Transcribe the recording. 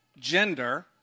gender